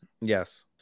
Yes